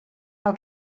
pel